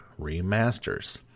remasters